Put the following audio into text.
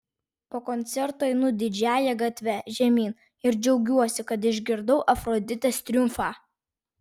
po koncerto einu didžiąja gatve žemyn ir džiaugiuosi kad išgirdau afroditės triumfą